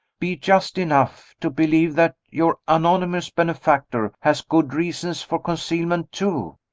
be just enough to believe that your anonymous benefactor has good reasons for concealment too.